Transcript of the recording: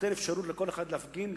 נותן אפשרות לכל אחד להפגין,